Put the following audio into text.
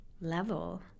level